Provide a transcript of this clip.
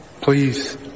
Please